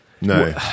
No